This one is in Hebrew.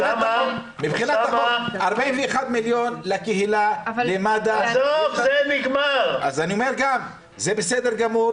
41 מיליון לקהילה, למד"א זה בסדר גמור.